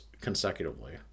consecutively